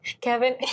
Kevin